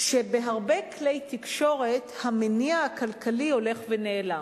בהרבה כלי תקשורת המניע הכלכלי הולך ונעלם.